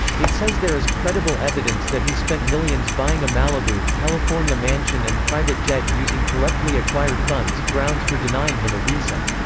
it says there is credible evidence that he spent millions buying a malibu, california mansion and private jet using corruptly acquired funds grounds for denying him a visa.